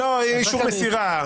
לא, רק אישור מסירה.